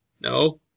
No